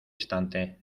estante